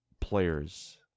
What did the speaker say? players